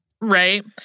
Right